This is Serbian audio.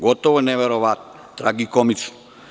Gotovo je neverovatno, tragikomično.